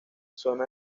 zona